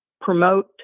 promote